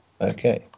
Okay